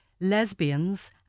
lesbians